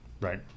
right